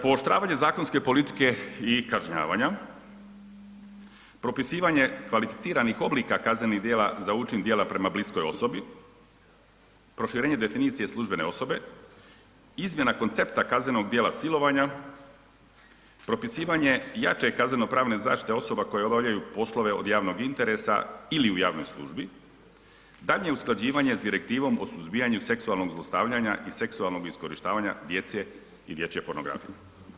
Pooštravanje zakonske politike i kažnjavanja, propisivanje kvalificiranih oblika kaznenih djela za učin djela prema bliskoj osobi, proširenje definicije službene osobe, izmjena koncepta kaznenog djela silovanja, propisivanje jače kaznenopravne zaštite osoba koje obavljaju poslove od javnog interesa ili u javnoj službi, daljnje usklađivanje s Direktivom o suzbijanju seksualnog zlostavljanja i seksualnog iskorištavanja djece i dječje pornografije.